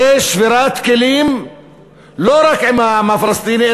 זה שבירת כלים לא רק עם העם הפלסטיני,